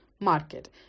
market